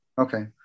Okay